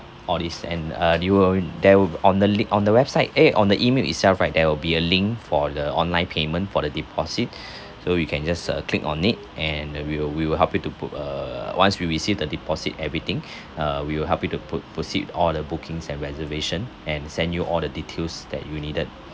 all this and uh you will there will on the link on the website eh on the email itself right there will be a link for the online payment for the deposit so you can just uh click on it and uh we will we will help you to book uh once we receive the deposit everything uh we will help you to pro~ proceed with all the bookings and reservation and send you all the details that you needed